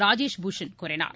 ராஜேஷ் பூஷண் கூறினார்